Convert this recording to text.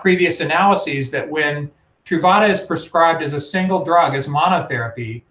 previous analyses that when truvada is prescribed as a single drug, as monotherapy,